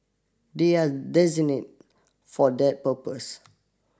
they are designate for that purpose